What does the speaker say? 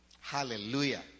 hallelujah